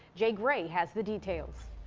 jay gray has the details.